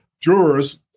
jurors